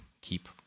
keep